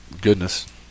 Goodness